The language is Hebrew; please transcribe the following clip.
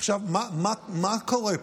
עכשיו, מה קורה פה?